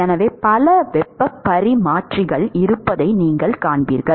எனவே பல வெப்பப் பரிமாற்றிகள் இருப்பதை நீங்கள் காண்பீர்கள்